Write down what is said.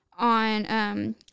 On